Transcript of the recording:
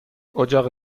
اجاق